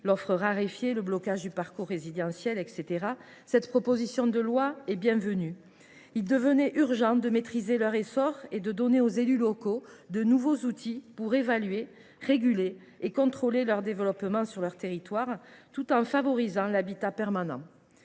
l’offre, le blocage du parcours résidentiel, etc. cette proposition de loi est bienvenue. Il devenait urgent de maîtriser leur essor et de donner aux élus locaux de nouveaux outils pour évaluer, réguler et contrôler leur développement sur le territoire, tout en favorisant l’habitat permanent.